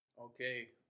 Okay